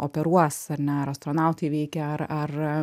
operuos ar ne ar astronautai veikia ar ar